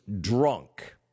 drunk